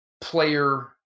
player